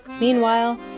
Meanwhile